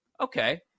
okay